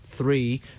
three